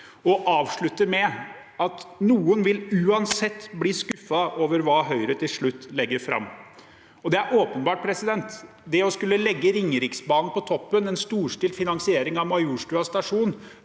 og realitet. (…) Noen vil uansett bli skuffet over hva Høyre til slutt legger frem.» Det er åpenbart at det å skulle legge Ringeriksbanen og en storstilt finansiering av Majorstua stasjon